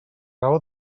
raó